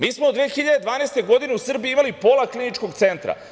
Mi smo 2012. godine u Srbiji imali pola Kliničkog centra.